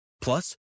Plus